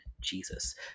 Jesus